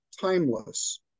timeless